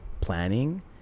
planning